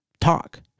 talk